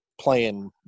playing